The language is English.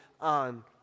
on